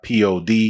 pod